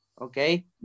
okay